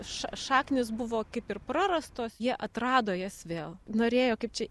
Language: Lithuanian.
ša šaknys buvo kaip ir prarastos jie atrado jas vėl norėjo kaip čia